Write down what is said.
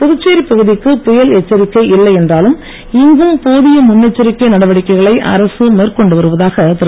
புதுச்சேரி பகுதிக்கு புயல் எச்சரிக்கை இல்லை என்றாலும் இங்கும் போதிய முன்னெச்சரிக்கை நடவடிக்கைகளை அரசு மேற்கொண்டு வருவதாக திரு